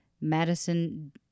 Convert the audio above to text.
Madison